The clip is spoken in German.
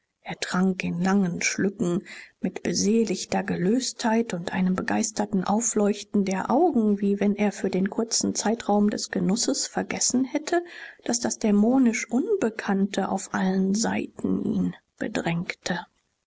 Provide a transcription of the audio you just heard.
er trank in langen schlücken mit beseligter gelöstheit und einem begeisterten aufleuchten der augen wie wenn er für den kurzen zeitraum des genusses vergessen hätte daß das dämonisch unbekannte auf allen seiten ihn bedrängte